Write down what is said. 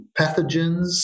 pathogens